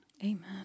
Amen